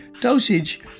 dosage